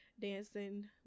dancing